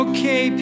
Okay